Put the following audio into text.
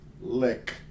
lick